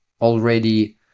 already